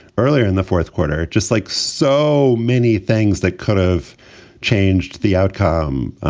earlier in the fourth quarter, just like so many things that could have changed the outcome,